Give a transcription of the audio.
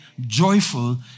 joyful